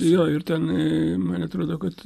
jo ir ten man atrodo kad